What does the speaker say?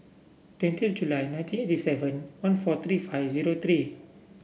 twenty July nineteen eighty seven one four three five zero three